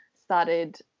started